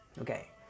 okay